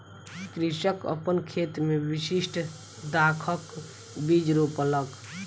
कृषक अपन खेत मे विशिष्ठ दाखक बीज रोपलक